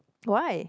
why